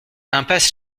impasse